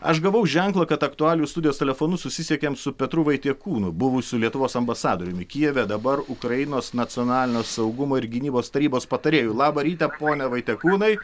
aš gavau ženklą kad aktualijų studijos telefonu susisiekėm su petru vaitiekūnu buvusiu lietuvos ambasadoriumi kijeve dabar ukrainos nacionalinio saugumo ir gynybos tarybos patarėju labą rytą pone vaitekūnai